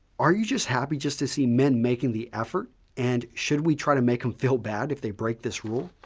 are you just happy just to see men making the effort and should we try to make them feel bad if they break this rule?